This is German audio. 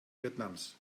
vietnams